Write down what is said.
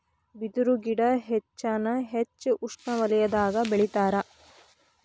ಬಿದರು ಗಿಡಾ ಹೆಚ್ಚಾನ ಹೆಚ್ಚ ಉಷ್ಣವಲಯದಾಗ ಬೆಳಿತಾರ